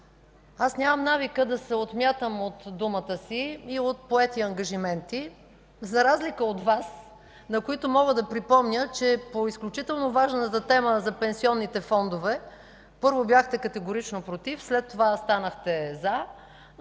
нямам навика да се отмятам от думата си и от поети ангажименти, за разлика от Вас, на които мога да припомня, че по изключително важната тема за пенсионните фондове, първо бяхте категорично „против”, след това станахте „за”. Но да не се